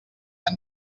han